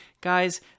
guys